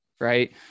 right